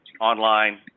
online